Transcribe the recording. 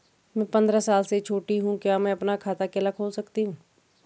मैं पंद्रह साल से छोटी हूँ क्या मैं अपना खाता अकेला खोल सकती हूँ?